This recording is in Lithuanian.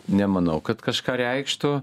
nemanau kad kažką reikštų